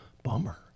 bummer